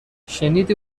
شنیدی